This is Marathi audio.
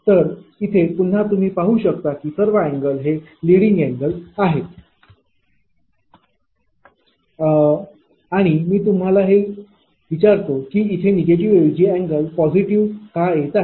तर इथे पुन्हा तुम्ही पाहू शकता की सर्व अँगल हे लिडिंग अँगल आहेत आणि मी तुम्हाला हे ही विचारतो की इथे निगेटिव्ह ऐवजी अँगल पॉझिटिव का येत आहे